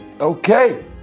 Okay